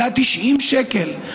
היה 90 שקלים.